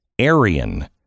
Aryan